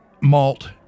malt